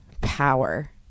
power